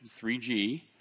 3g